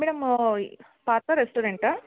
madam Partha ರೆಸ್ಟೋರೆಂಟಾ